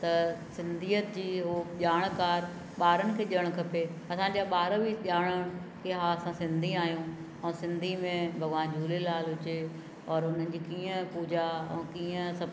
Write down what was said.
त सिंधीअत जी उहो ॼाणकार ॿारनि खे ॾियणु खपे असांजा ॿार बि ॼाणण की हा असां सिंधी आहियूं ऐं सिंधी में भॻिवान झूलेलाल जे औरि हुननि जी कीअं पूॼा ऐं कीअं सभु